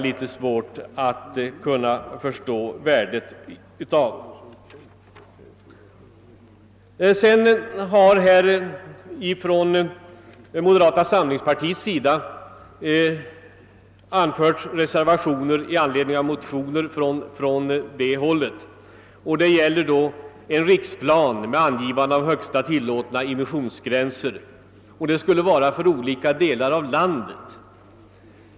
Ledamöterna av moderata samlingspartiet har i anledning av motioner från det hållet avgivit reservationer beträffande förslag till en riksplan med angivande av högsta tillåtna immissionsgränser för olika delar av landet.